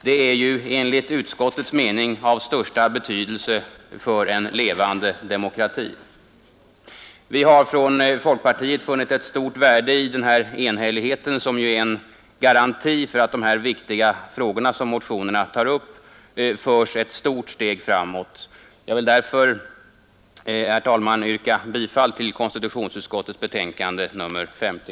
De är enligt utskottets mening av största betydelse för en levande demokrati. Vi har från folkpartiet funnit ett stort värde i denna enhällighet som ju är en garanti för att dessa viktiga frågor som motionen tar upp förs ett stort steg framåt. Jag vill därför, herr talman, yrka bifall till konstitutionsutskottets betänkande nr 50.